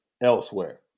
elsewhere